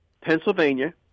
Pennsylvania